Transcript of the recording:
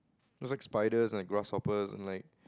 it's just spiders grasshoppers and like